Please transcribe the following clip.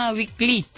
weekly